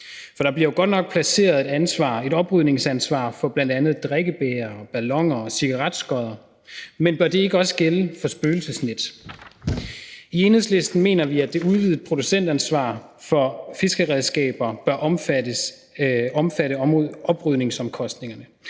der bliver jo godt nok placeret et oprydningsansvar for bl.a. drikkebægre, balloner og cigaretskodder, men bør det ikke også gælde for spøgelsesnet? I Enhedslisten mener vi, at det udvidede producentansvar for fiskeredskaber bør omfatte oprydningsomkostningerne.